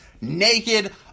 naked